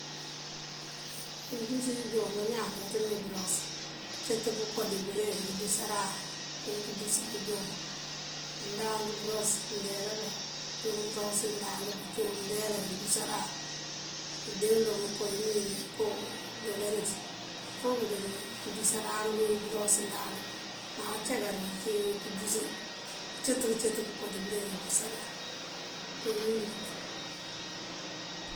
Injúsi injon, bañaan jooţëme bëros, këëncët pënko dí bëreŋ këënjúsaran cíwun pënjúsi pëënjon ngun. Ndank bëros mëëndeela mbá, cíwun bëros ndank, cíwun mëëdeela këënjúsaran. Mëënde uloŋ ko uwí mëëwín oko ndolaníiţ fok këënjúsëran bëros ndank. Má ucak ajoon cí pënjúsi këëncët këëncët pëënko dí bëreŋ këënjúsaran ţí bí.